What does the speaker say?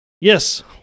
Yes